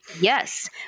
Yes